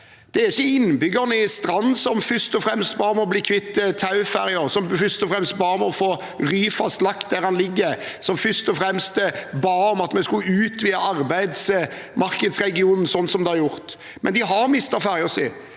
Det var ikke innbyggerne i Strand som først og fremst ba om å bli kvitt Tau-ferjen, som først og fremst ba om å få lagt Ryfast der den ligger, som først og fremst ba om at vi skulle utvide arbeidsmarkedsregionen sånn som det er gjort, men de har mistet ferjen sin.